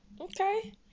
Okay